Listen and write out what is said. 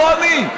לא אני,